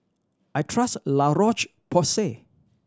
I trust La Roche Porsay